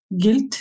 guilt